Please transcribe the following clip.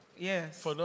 Yes